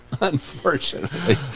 Unfortunately